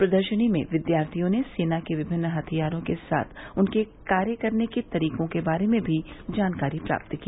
प्रदर्शनी में विद्यार्थियों ने सेना के विभिन्न हथियारों के साथ उनके कार्य करने के तरीकों के बारे में भी जानकारी प्राप्त की